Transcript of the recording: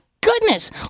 goodness